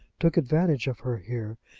took advantage of her here,